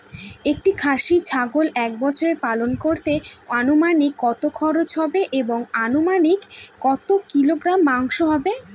একটি খাসি ছাগল এক বছর পালন করতে অনুমানিক কত খরচ হবে এবং অনুমানিক কত কিলোগ্রাম মাংস হবে?